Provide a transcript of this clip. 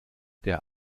der